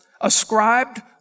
ascribed